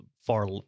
far